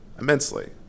immensely